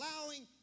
allowing